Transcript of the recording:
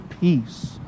peace